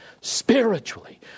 spiritually